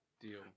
deal